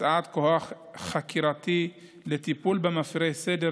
הקצאת כוח חקירתי לטיפול במפירי סדר,